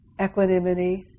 Equanimity